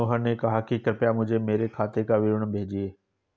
मनोहर ने कहा कि कृपया मुझें मेरे खाते का विवरण भेजिए